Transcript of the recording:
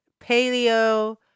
paleo